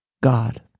God